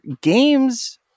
games